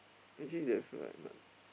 actually there's like none